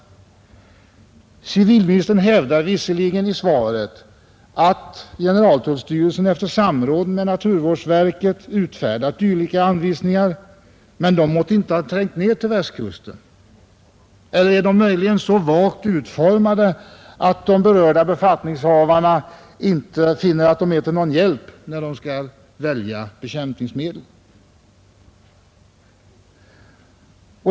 Civilministern hävdar visserligen i svaret att generaltullstyrelsen efter samråd med naturvårdsverket utfärdat dylika anvisningar, men de måtte inte ha trängt ner till Västkusten. Eller är de möjligen så vagt formulerade att de berörda befattningshavarna inte finner dem vara till någon hjälp när de skall välja bekämpningsmedel?